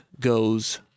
goes